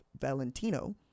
Valentino